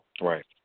Right